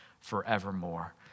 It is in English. forevermore